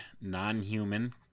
non-human